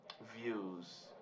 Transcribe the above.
Views